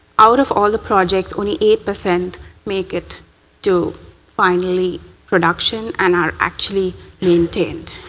out of all the projects, only eight percent make it to finally production and are actually maintained.